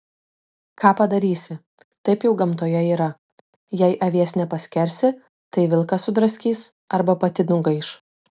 ką padarysi taip jau gamtoje yra jei avies nepaskersi tai vilkas sudraskys arba pati nugaiš